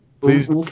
please